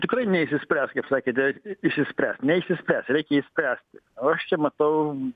tu tikrai neišsispręs kaip sakėte išsispręs neišsispręs reikia spręsti aš čia matau